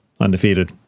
undefeated